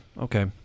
Okay